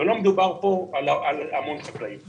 לא מדובר פה על המון חקלאים.